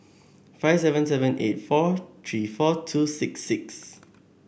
five seven seven eight four three four two six six